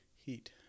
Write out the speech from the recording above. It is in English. heat